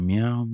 meow